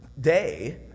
day